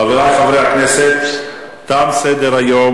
חברי חברי הכנסת, תם סדר-היום.